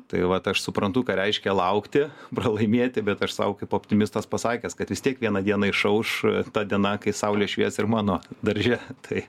tai vat aš suprantu ką reiškia laukti pralaimėti bet aš sau kaip optimistas pasakęs kad vis tiek vieną dieną išauš ta diena kai saulė švies ir mano darže tai